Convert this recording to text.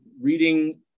reading